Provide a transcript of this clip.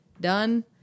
done